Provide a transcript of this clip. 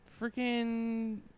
freaking